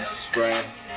stress